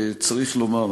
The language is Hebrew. צריך לומר,